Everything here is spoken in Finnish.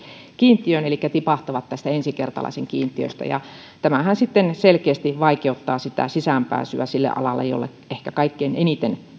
kiintiöön elikkä tipahtavat tästä ensikertalaiskiintiöstä tämähän sitten selkeästi vaikeuttaa sitä sisäänpääsyä sille alalle jolle ehkä kaikkein eniten